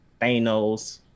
Thanos